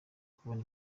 kubona